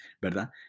¿Verdad